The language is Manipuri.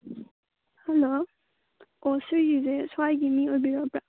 ꯍꯜꯂꯣ ꯑꯣ ꯁꯤꯒꯤꯁꯦ ꯁ꯭ꯋꯥꯏꯒꯤ ꯃꯤ ꯑꯣꯏꯕꯤꯔꯕ꯭ꯔꯥ